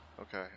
Okay